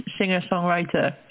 singer-songwriter